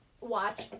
watch